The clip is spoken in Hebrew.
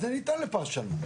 אז זה ניתן לפרשנות.